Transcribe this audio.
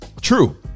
True